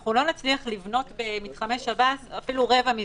אנחנו לא נצליח לבנות במתחמי שב"ס אפילו רבע מזה.